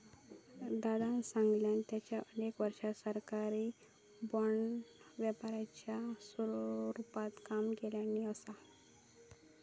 दादानं सांगल्यान, त्यांनी अनेक वर्षा सरकारी बाँड व्यापाराच्या रूपात काम केल्यानी असा